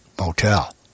Motel